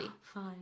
Fine